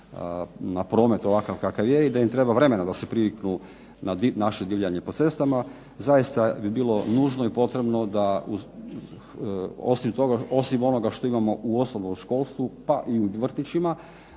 na promet ovakav kakav je i da im treba vremena da se priviknu na naše divljanje po cestama zaista bi bilo nužno i potrebno da osim onoga što imamo u osnovnom školstvu, pa i u vrtićima